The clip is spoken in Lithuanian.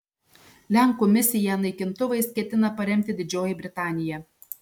lenkų misiją naikintuvais ketina paremti didžioji britanija